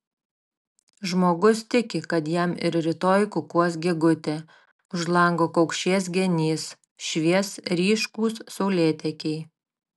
žmogus tiki kad jam ir rytoj kukuos gegutė už lango kaukšės genys švies ryškūs saulėtekiai